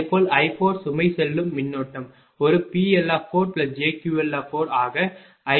அதேபோல i4 சுமை செல்லும் மின்னோட்டம் ஒரு PL4jQL4 ஆக i4 ஆகும்